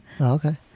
Okay